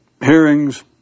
hearings